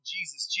Jesus